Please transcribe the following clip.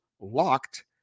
Locked